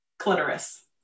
clitoris